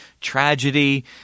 tragedy